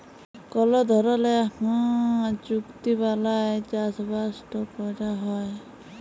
call ধরলের হাঁ চুক্তি বালায় চাষবাসট ক্যরা হ্যয়